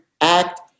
Act